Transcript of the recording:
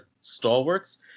stalwarts